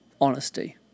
honesty